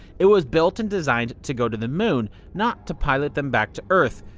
it was built and designed to go to the moon, not to pilot them back to earth.